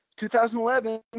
2011